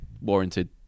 warranted